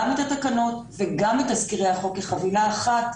את התקנות וגם את תזכירי החוק כחבילה אחת,